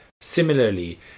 similarly